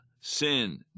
sin